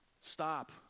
Stop